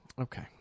Okay